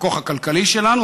הכוח הכלכלי שלנו,